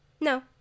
No